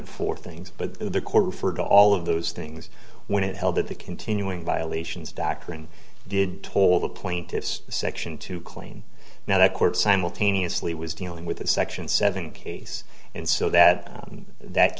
been four things but the court referred to all of those things when it held that the continuing violations doctrine did told the plaintiffs the section to claim now the court simultaneously was dealing with a section seven case and so that in that